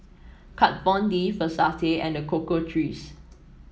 Kat Von D Versace and The Cocoa Trees